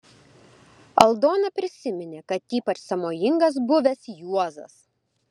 aldona prisiminė kad ypač sąmojingas buvęs juozas